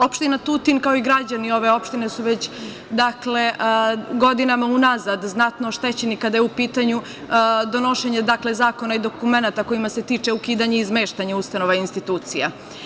Opština Tutin, kao i građani ove opštine, su već godinama unazad znatno oštećeni kada je u pitanju donošenje zakona i dokumenata kojima se tiče ukidanje i izmeštanje ustanova i institucija.